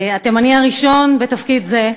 התימני הראשון בתפקיד זה,